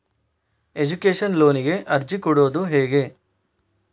Education ಲೋನಿಗೆ ಅರ್ಜಿ ಕೊಡೂದು ಹೇಗೆ?